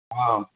ꯑꯥꯎ